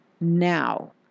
now